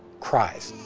cries.